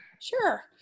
Sure